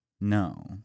No